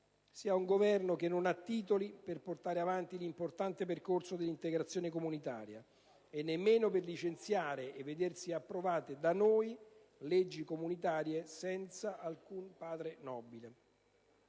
sia un Governo che non ha titoli per portare avanti l'importante percorso dell'integrazione comunitaria, e nemmeno per licenziare e vedersi approvate da noi, leggi comunitarie senza alcun padre nobile.